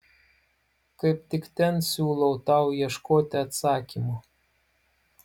kaip tik ten siūlau tau ieškoti atsakymo